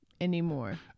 anymore